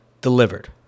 delivered